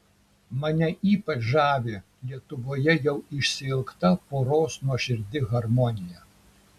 mane ypač žavi lietuvoje jau išsiilgta poros nuoširdi harmonija